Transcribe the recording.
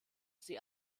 sie